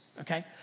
okay